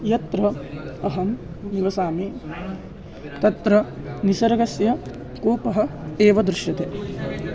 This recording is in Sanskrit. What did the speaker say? यत्र अहं निवसामि तत्र निसर्गस्य कूपः एव दृश्यते